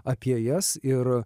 apie jas ir